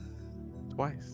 Twice